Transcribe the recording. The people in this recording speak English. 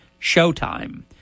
Showtime